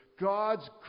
God's